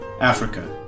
Africa